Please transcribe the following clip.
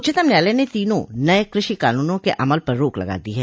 उच्चतम न्यायालय ने तीनों नए कृषि कानूनों के अमल पर रोक लगा दी है